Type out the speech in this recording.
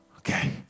Okay